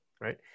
Right